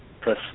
press